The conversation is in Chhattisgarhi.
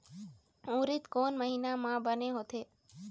उरीद कोन महीना म बने होथे?